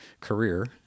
career